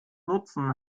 nutzen